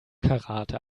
karate